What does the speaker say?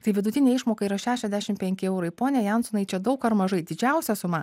tai vidutinė išmoka yra šešiasdešim penki eurai pone jansonai čia daug ar mažai didžiausia suma